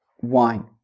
wine